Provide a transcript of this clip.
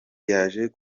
yaje